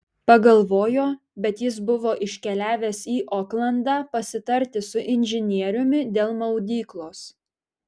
pagalvojo bet jis buvo iškeliavęs į oklandą pasitarti su inžinieriumi dėl maudyklos